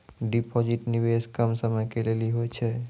Deposit निवेश कम समय के लेली होय छै?